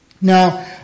Now